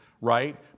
Right